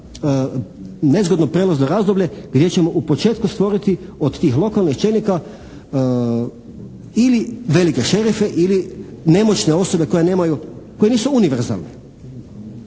nezgodno prijelazno razdoblje gdje ćemo u početku stvoriti od tih lokalnih čelnika ili velike šerife ili nemoćne osobe koje nemaju, koje nisu univerzalne.